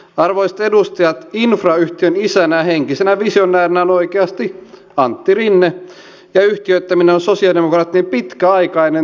arvoisat edustajat infra yhtiön isänä ja henkisenä visionäärinä on oikeasti antti rinne ja yhtiöittäminen on sosialidemokraattien pitkäaikainen tavoite